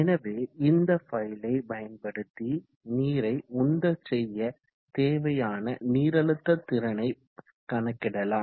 எனவே இந்த ஃபைலை பயன்படுத்தி நீரை உந்த செய்ய தேவையான நீரழுத்த திறனை கணக்கிடலாம்